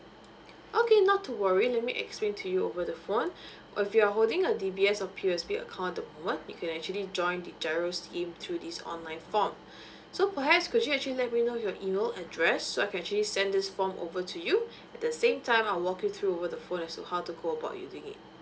okay not to worry let me explain to you over the phone if you're holding a D_B_S or P_S_B account at the moment you can actually join the G_I_R_O scheme through these online form so perhaps could you actually let me know your email address so I can actually send this form over to you at the same time I will walk your through over phone as to go about using it